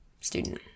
student